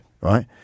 Right